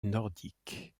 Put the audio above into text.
nordique